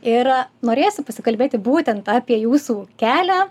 ir norėjosi pasikalbėti būtent apie jūsų kelią